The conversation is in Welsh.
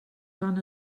dan